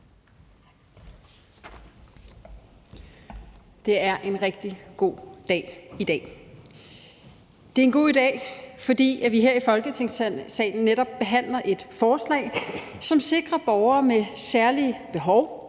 Det er en rigtig god dag i dag. Det er en god dag, fordi vi her i Folketingssalen netop behandler et forslag, som sikrer borgere med særlige behov,